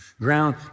ground